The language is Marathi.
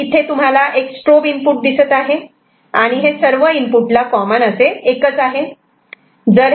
तर इथे तुम्हाला एक स्ट्रोब इनपुट दिसत आहे आणि हे सर्व इनपुटला कॉमन एकच आहे